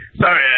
sorry